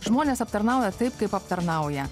žmones aptarnauja taip kaip aptarnauja